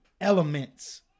elements